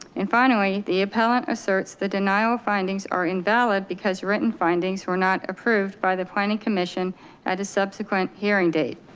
and finally the appellant asserts, the denial findings are invalid because written findings were not approved by the planning commission at a subsequent hearing date.